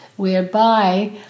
whereby